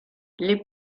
les